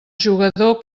jugador